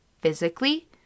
physically